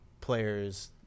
players